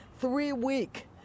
three-week